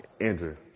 Andrew